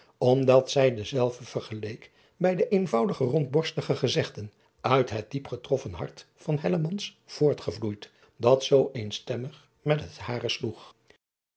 omdat zij dezelve vergeleek bij de eenvoudige rondborstige gezegden uit het diepgetroffen hart van voortgevloeid dat zoo eenstemmig met het hare sloeg